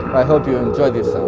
i hope you enjoyed this sound.